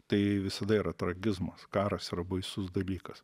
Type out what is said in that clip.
tai visada yra tragizmas karas yra baisus dalykas